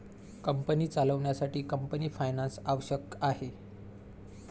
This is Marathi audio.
कंपनी चालवण्यासाठी कंपनी फायनान्स आवश्यक आहे